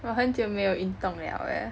我很久没有运动了 leh